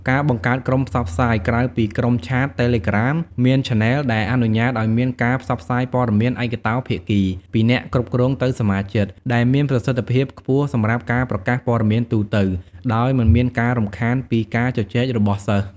ការបង្កើតក្រុមផ្សព្វផ្សាយ ក្រៅពី ក្រុមឆាត, តេឡេក្រាម មាន ឆាណែល ដែលអនុញ្ញាតឲ្យមានការផ្សព្វផ្សាយព័ត៌មានឯកតោភាគី (ពីអ្នកគ្រប់គ្រងទៅសមាជិក) ដែលមានប្រសិទ្ធភាពខ្ពស់សម្រាប់ការប្រកាសព័ត៌មានទូទៅ ដោយមិនមានការរំខានពីការជជែករបស់សិស្ស។